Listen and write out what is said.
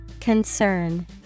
Concern